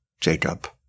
Jacob